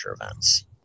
events